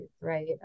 right